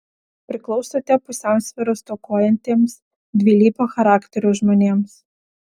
priklausote pusiausvyros stokojantiems dvilypio charakterio žmonėms